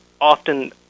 often